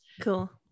Cool